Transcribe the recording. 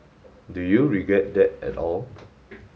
do you regret that at all